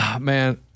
man